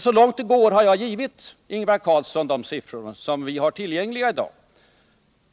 Så långt det går har jag givit Ingvar Carlsson de siffror som vi har tillgängliga i dag,